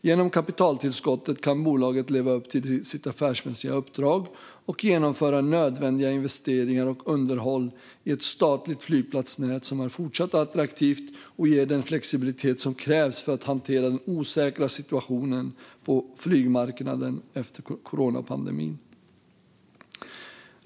Genom kapitaltillskottet kan bolaget leva upp till sitt affärsmässiga uppdrag, genomföra nödvändiga investeringar och underhåll i ett statligt flygplatsnät som är fortsatt attraktivt samt ge den flexibilitet som krävs för att hantera den osäkra situationen på flygmarknaden efter coronapandemin.